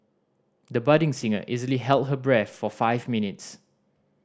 the budding singer easily held her breath for five minutes